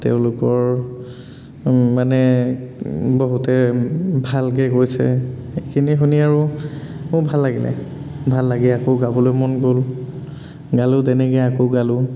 তেওঁলোকৰ মানে বহুতে ভালকে কৈছে সেইখিনি শুনি আৰু মোৰ ভাল লাগিলে ভাল লাগি আকৌ গাবলৈ মন গ'ল গালো তেনেকে আকৌ গালো